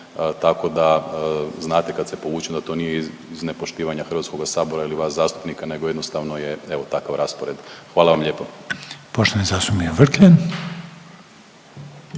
tako da znate da kad se povučem da to nije iz nepoštivanja Hrvatskoga sabora ili vas zastupnika nego jednostavno je evo takav raspored. Hvala vam lijepo. **Reiner, Željko